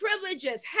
privileges